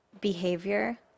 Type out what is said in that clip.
behavior